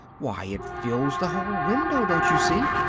why, it fills the whole window, don't you see?